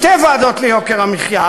הקמתם שתי ועדות ליוקר המחיה,